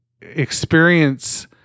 experience